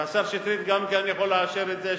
והשר שטרית גם כן יכול לאשר את זה,